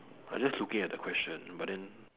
I just looking at the question but then